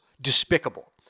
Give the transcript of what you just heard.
despicable